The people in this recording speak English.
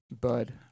Bud